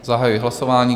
Zahajuji hlasování.